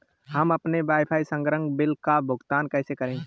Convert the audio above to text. हम अपने वाईफाई संसर्ग बिल का भुगतान कैसे करें?